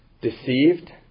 deceived